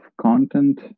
content